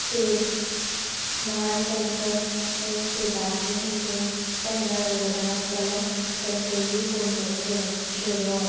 state by tanker लायक स्टेटले खंयचे टेंकर अवेलेबल आसा जाल्यार तें पोयलीं फोन करून दवरप दवरोवप